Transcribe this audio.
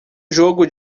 jogo